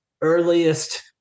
earliest